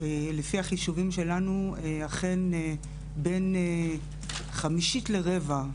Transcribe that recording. לפי החישובים שלנו אכן בין חמישית לרבע,